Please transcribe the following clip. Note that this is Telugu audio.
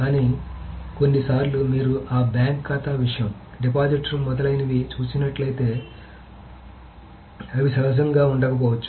కానీ కొన్నిసార్లు మీరు ఆ బ్యాంక్ ఖాతా విషయం డిపాజిటర్ మొదలైనవి చూసినట్లయితే అవి సహజంగా ఉండకపోవచ్చు